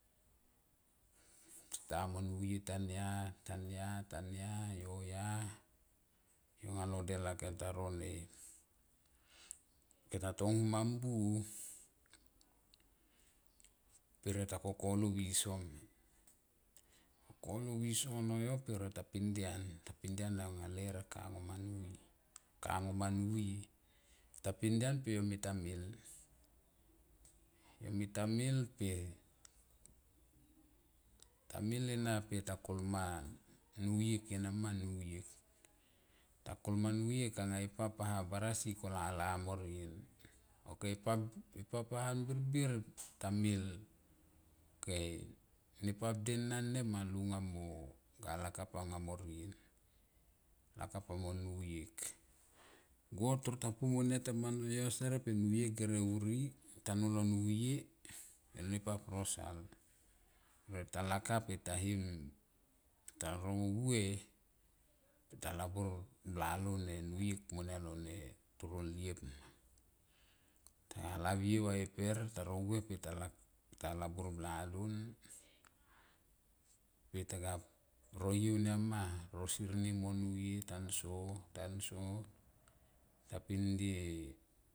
Tam mo nuye tania, tania, tania yo ya, yo anga lo del anga kem ta rone kem ta tohum mam mbuo per yo ta ko ko lo viso, koko lo viso min koko lo viso no yo per yo tapindian, tapindian anga ler kangoam nuye, kangoam nuye ta pindian pe yo mi ta mil, yo mi ta mil ta mil ina pe takolma nuyek, enama ma nuyek, nuyek anga e pap a barasi kolala morien ok e pap ahan birbir tamil ok nepap denan nema lunga mo ga lakap anga morien lakap amo nuyek igo toro ta pu mo nia tema ano yo steret pe nuyek gere vuri mlo nuye pe nepap rosal pe yo ta lakap yo ta him taro vue talabor bla lo nuyek monia toro liep ma taga lavrie pe ta labor bla lon per yo ta ga rovie mo nia ma tanso, tanso ta pindie.